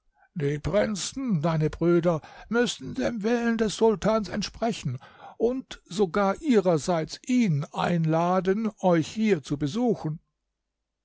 die prinzen deine brüder müssen dem willen des sultans entsprechen und sogar ihrerseits ihn einladen euch hier zu besuchen